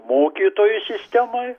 mokytojų sistemoj